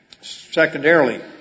secondarily